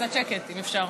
קצת שקט, אם אפשר.